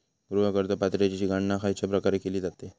गृह कर्ज पात्रतेची गणना खयच्या प्रकारे केली जाते?